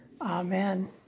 Amen